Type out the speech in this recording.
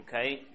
okay